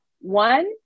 one